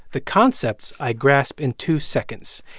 the concepts, i grasp in two seconds.